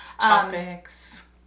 Topics